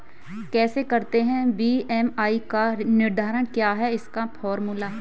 कैसे करते हैं बी.एम.आई का निर्धारण क्या है इसका फॉर्मूला?